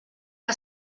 que